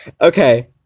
okay